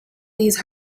these